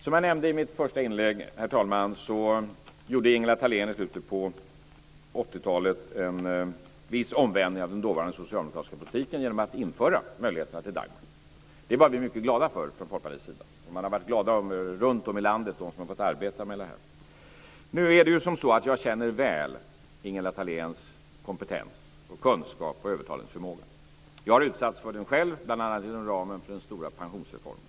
Som jag nämnde i mitt första inlägg så gjorde Ingela Thalén i slutet av 80-talet en viss omvändning av den dåvarande socialdemokratiska politiken genom att införa möjligheterna till Dagmar. Det var vi från Folkpartiet mycket glada över. Och de som har fått arbeta med detta runtom i landet har varit glada. Nu är det ju som så att jag väl känner Ingela Thaléns kompetens, kunskap och övertalningsförmåga. Jag har utsatts för den själv, bl.a. inom ramen för den stora pensionsreformen.